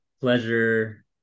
pleasure